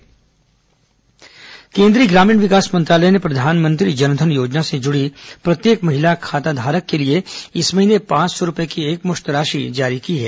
corona Jan Dhan Yojana केंद्रीय ग्रामीण विकास मंत्रालय ने प्रधानमंत्री जन धन योजना से जुड़ी प्रत्येक महिला खाताधारक के लिए इस महीने पांच सौ रूपये की एकमुश्त राशि जारी की है